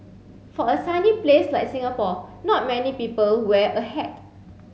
for a sunny place like Singapore not many people wear a hat